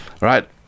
right